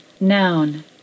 Noun